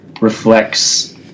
reflects